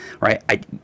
right